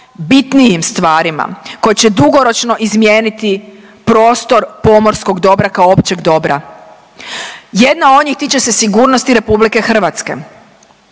bitnijim stvarima koje će dugoročno izmijeniti prostor pomorskog dobra kao općeg dobra. Jedna od njih tiče se sigurnosti RH. Kako